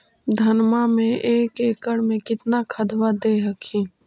धनमा मे एक एकड़ मे कितना खदबा दे हखिन?